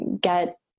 get